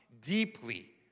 deeply